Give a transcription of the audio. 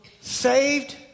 saved